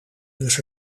dus